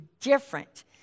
different